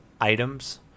items